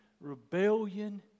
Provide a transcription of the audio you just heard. rebellion